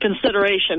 consideration